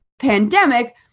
pandemic